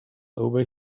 over